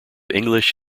english